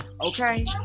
okay